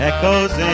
Echoes